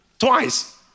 Twice